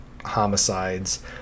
homicides